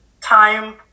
time